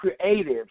creative